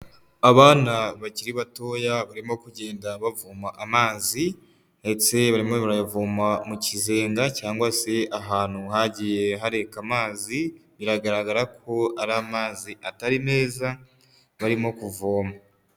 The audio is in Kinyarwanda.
Abana bakiri batoya barimo kugenda bavoma amazi ndetse barimo barayavoma mu kizenga cyangwa se ahantu hagiye hareka amazi biragaragara ko ari amazi atari meza barimo kuvoma.